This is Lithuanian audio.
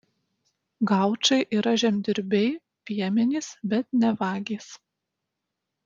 gaučai yra žemdirbiai piemenys bet ne vagys